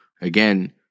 again